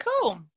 Cool